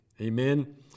Amen